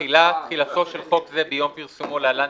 "תחילה 12. (א)תחילתו של חוק זה ביום פרסומו‏ (להלן,